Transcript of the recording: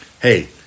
Hey